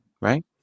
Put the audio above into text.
Right